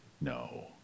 no